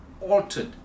altered